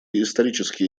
исторически